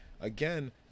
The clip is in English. again